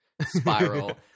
spiral